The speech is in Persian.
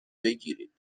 بگیرید